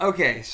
Okay